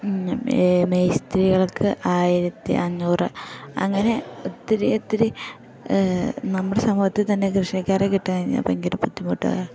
മേസ്തിരികൾക്ക് ആയിരത്തി അഞ്ഞൂറ് അങ്ങനെ ഒത്തിരി ഒത്തിരി നമ്മുടെ സമൂഹത്തിൽ തന്നെ കൃഷിക്കാരെ കിട്ടാൻ ഭയങ്കര ബുദ്ധിമുട്ടാണ്